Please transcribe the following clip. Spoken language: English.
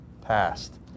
passed